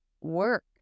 work